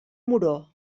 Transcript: moró